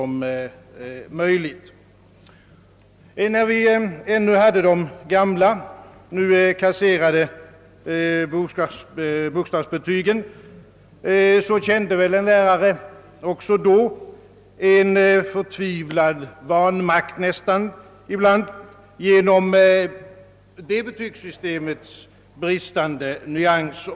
Medan vi ännu hade de gamla, nu kasserade bokstavsbetygen, kände en lärare ibland en nästan förtvivlad vanmakt genom detta betygssystems bristande resurser.